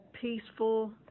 peaceful